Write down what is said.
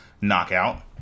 Knockout